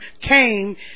came